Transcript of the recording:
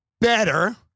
better